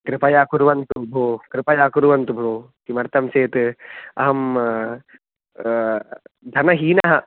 कृपया कुर्वन्तु भो कृपया कुर्वन्तु भो किमर्थं चेत् अहं धनहीनः